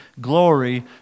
glory